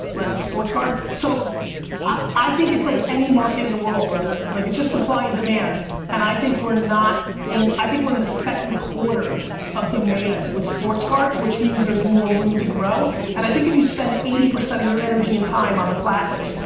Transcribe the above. less as sports card. so i think it's like any market in the world, brother, like it's just supply and demand and i think we're not, i think we're in the second quarter of demand with sports cards which means there's more room to grow and i think if you spend eighty percent of your energy and time on the classics,